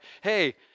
hey